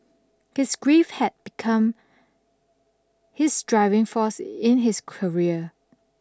his grief had become his driving force in his career